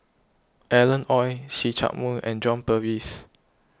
Alan Oei See Chak Mun and John Purvis